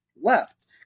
left